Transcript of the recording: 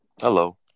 Hello